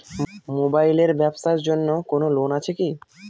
Mobile এর ব্যাবসার জন্য কোন লোন আছে কি?